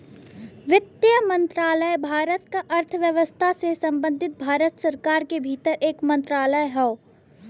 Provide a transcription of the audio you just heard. वित्त मंत्रालय भारत क अर्थव्यवस्था से संबंधित भारत सरकार के भीतर एक मंत्रालय हौ